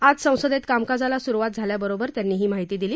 आज संसदेत कामकाजाला सुरुवात झाल्याबरोबर त्यांनी ही माहिती दिली